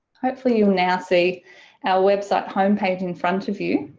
hopefully you'll now see our website homepage in front of you